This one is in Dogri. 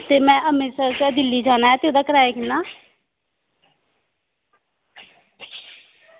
ते में अमृतसर दा दिल्ली जाना ऐ ते एह्दा किराया किन्ना